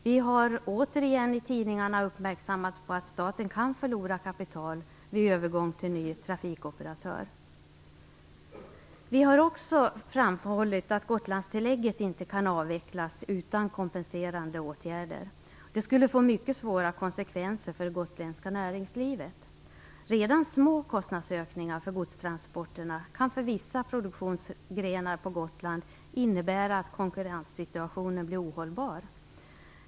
Vi har återigen i tidningarna blivit uppmärksammade på att staten kan förlora kapital vid övergång till ny trafikoperatör. Vi har även framhållit att Gotlandstillägget inte kan avvecklas utan kompenserande åtgärder. En avveckling skulle få mycket svåra konsekvenser för det gotländska näringslivet. Redan små kostnadsökningar för godstransporterna kan för vissa viktiga produktionsgrenar på Gotland innebära att konkurressituationen blir ohållbar.